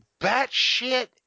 batshit